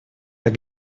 так